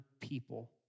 people